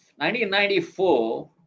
1994